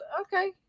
okay